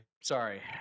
sorry